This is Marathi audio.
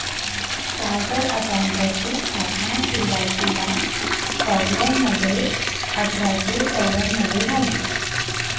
चार्टर्ड अकाउंटंटची स्थापना सुरुवातीला स्कॉटलंडमध्ये अठरा शे चौवन मधे झाली